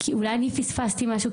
אולי אני פספסתי משהו.